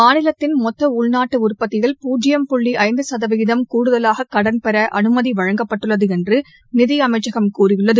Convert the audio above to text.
மாநிலத்தின் மொத்த உள்நாட்டு உற்பத்தியில் பூஜ்ஜியம் புள்ளி ஐந்து சதவீதம் கூடுதலாக கடன்பெற அனுமதி வழங்கப்பட்டுள்ளது என்று நிதி அமைச்சகம் கூறியுள்ளது